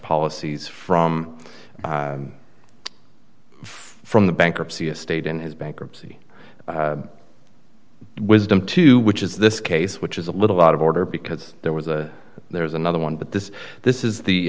policies from from the bankruptcy estate and his bankruptcy wisdom to which is this case which is a little out of order because there was a there was another one but this this is the